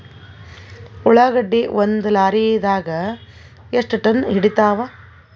ಉಳ್ಳಾಗಡ್ಡಿ ಒಂದ ಲಾರಿದಾಗ ಎಷ್ಟ ಟನ್ ಹಿಡಿತ್ತಾವ?